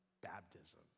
baptism